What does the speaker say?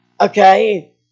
okay